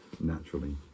naturally